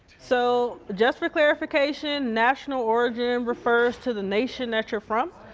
so just for clarification, national origin refers to the nation that you're from.